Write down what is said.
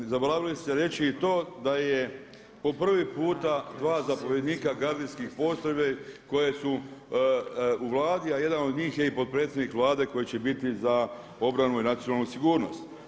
Zaboravili ste reći i to da je po prvi puta dva zapovjednika gardijskih postrojbi koji su u Vladi a jedan od njih je i potpredsjednik Vlade koji će biti za obranu i nacionalnu sigurnost.